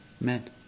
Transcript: men